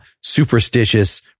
superstitious